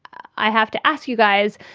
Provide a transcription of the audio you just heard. i have to ask you guys,